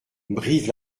brive